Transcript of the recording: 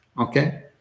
okay